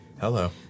Hello